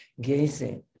gazing